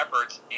efforts